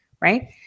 Right